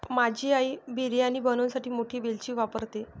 माझी आई बिर्याणी बनवण्यासाठी मोठी वेलची वापरते